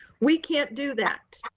we can't do that.